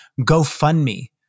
GoFundMe